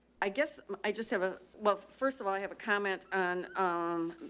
i guess i just have a, well first of all, i have a comment on um,